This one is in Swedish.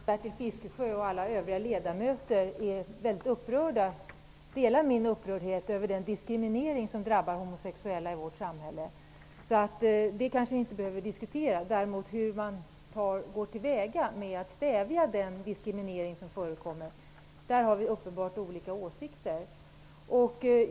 Herr talman! Jag är övertygad om att Bertil Fiskesjö och alla övriga ledamöter delar min upprördhet över den diskriminering som drabbar homosexuella i vårt samhälle. Det kanske inte behöver diskuteras mer, däremot hur vi skall gå till väga för att stävja den diskriminering som förekommer. Där har vi uppenbarligen olika åsikter.